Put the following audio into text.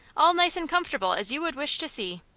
all nice and comfortable as you would wish to see.